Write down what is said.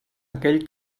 aquell